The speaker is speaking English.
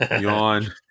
Yawn